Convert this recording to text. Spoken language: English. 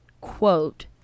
quote